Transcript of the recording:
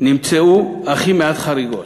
נמצאו הכי מעט חריגות.